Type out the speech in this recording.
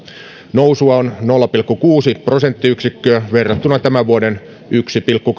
nousua on nolla pilkku kuusi prosenttiyksikköä verrattuna tämän vuoden yhteen pilkku